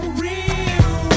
real